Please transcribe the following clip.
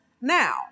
Now